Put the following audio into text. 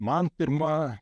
man pirma